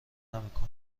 نمیکنه